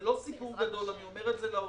זה לא סיפור גדול, אני אומר לאוצר,